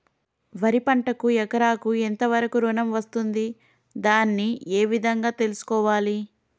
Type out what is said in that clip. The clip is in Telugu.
వరి పంటకు ఎకరాకు ఎంత వరకు ఋణం వస్తుంది దాన్ని ఏ విధంగా తెలుసుకోవాలి?